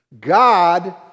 God